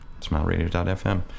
smileradio.fm